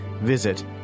Visit